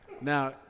Now